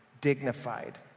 dignified